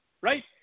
right